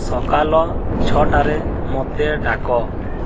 ସକାଳ ଛଅଟାରେ ମୋତେ ଡାକ